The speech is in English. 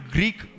Greek